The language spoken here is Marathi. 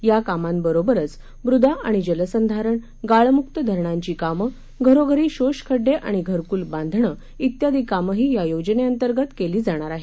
या कामांबरोबरच मृद आणि जलसंधारण गाळमुक्त धरणांची कामं घरोघरी शोषखड्डे आणि घरकुल बांधणं इत्यादी कामंही या योजनेंतर्गत केली जाणार आहेत